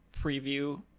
preview